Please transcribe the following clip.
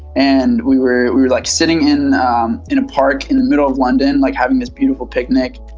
and we were we were like sitting in in a park in the middle of london, like having this beautiful picnic.